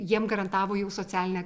jiem garantavo jau socialinę